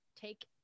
take